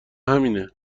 همینه